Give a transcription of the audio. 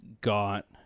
got